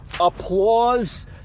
Applause